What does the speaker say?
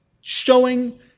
showing